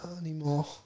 anymore